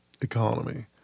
economy